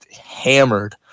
hammered